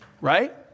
right